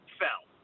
fell